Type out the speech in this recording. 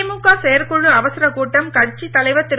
திமுக செயற்குழு அவசரக் கூட்டம் கட்சித் தலைவர் திரு